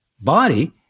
body